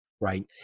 right